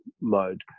mode